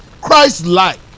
christ-like